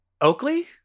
Oakley